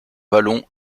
vallon